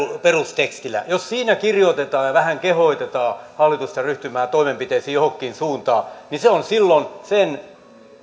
perustekstillä jos siinä kirjoitetaan ja vähän kehotetaan hallitusta ryhtymään toimenpiteisiin johonkin suuntaan niin se on silloin sen